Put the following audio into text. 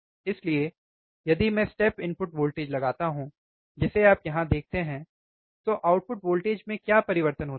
इसलिए यदि मैं स्टेप इनपुट वोल्टेज लगाता हूं जिसे आप यहां देखते हैं तो आउटपुट वोल्टेज में क्या परिवर्तन होता है